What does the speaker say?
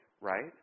right